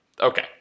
Okay